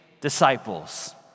disciples